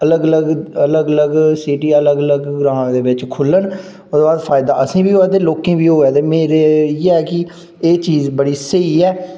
अलग अलग अलग अलग सिटी जां अलग अलग ग्रांऽ च खुल्लन ओह्दा फायदा असें बी होए ते लोकें बी होऐ मेरी इ'यै कि एह् चीज़ बड़ी स्हेई ऐ